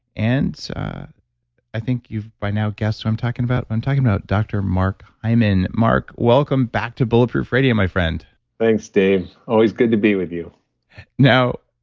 and i think you've by now guessed who i'm talking about. i'm talking about dr. mark hyman. mark, welcome back to bulletproof radio, my friend thanks, dave. always good to be with you now,